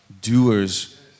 doers